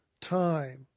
time